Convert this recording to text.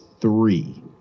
three